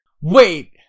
Wait